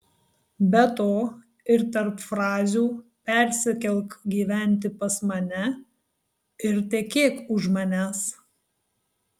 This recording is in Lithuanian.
be to ir tarp frazių persikelk gyventi pas mane ir tekėk už manęs